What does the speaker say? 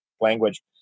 language